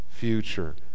future